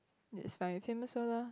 is by famous so lor